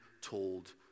told